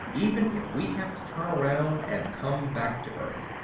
even if we have to turn around and come back to earth.